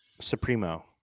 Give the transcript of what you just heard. Supremo